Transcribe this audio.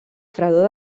fredor